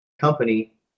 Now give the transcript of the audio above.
company